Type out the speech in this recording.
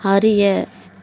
அறிய